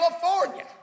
California